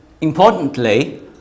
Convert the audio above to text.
importantly